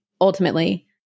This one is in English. ultimately